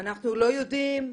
אנחנו לא יודעים,